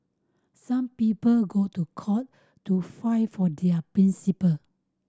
some people go to court to fight for their principle